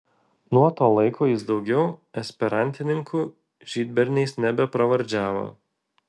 nuo to laiko jis daugiau esperantininkų žydberniais nebepravardžiavo